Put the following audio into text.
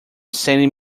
sending